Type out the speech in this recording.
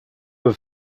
have